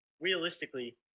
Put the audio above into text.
realistically